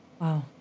wow